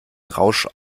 rausch